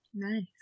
nice